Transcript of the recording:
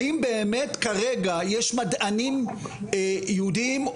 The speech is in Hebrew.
האם באמת כרגע יש מדענים יהודים,